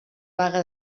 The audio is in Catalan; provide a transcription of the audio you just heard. vaga